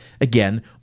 again